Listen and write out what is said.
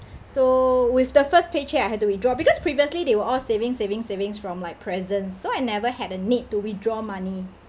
so with the first pay cheque I had to withdraw because previously they were all savings savings savings from like presents so I never had a need to withdraw money